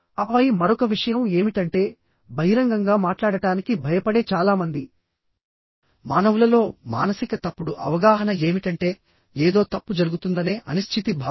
ఆపై మరొక విషయం ఏమిటంటే బహిరంగంగా మాట్లాడటానికి భయపడే చాలా మంది మానవులలో మానసిక తప్పుడు అవగాహన ఏమిటంటే ఏదో తప్పు జరుగుతుందనే అనిశ్చితి భావన